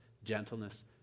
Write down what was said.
gentleness